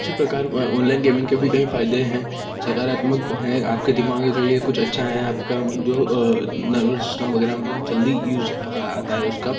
उसी प्रकार वह ऑनलाइन गेमिंग के भी कहीं फायदे हैं सकारात्मक हैं आपके दिमाग के लिए कुछ अच्छा हैं आपका जो नर्वस सिस्टम वगैरह में जल्दी यूज़ आता है उसका